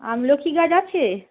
আমলকি গাছ আছে